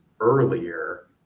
earlier